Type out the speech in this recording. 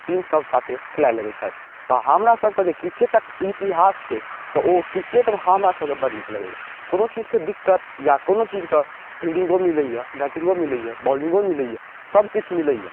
टीमसब साथे खेलाइ लगै छथि तऽ हमरासभके जे किरकेटके इतिहास छै तऽ ओ किरकेटमे हमरासभके बड़ नीक लगैए कोनो चीजके दिक्कत या कोनो चीजके फील्डिङ्गो मिलैए बैटिङ्गो मिलैए बॉलिङ्गो मिलैए सबकिछु मिलैए